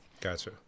gotcha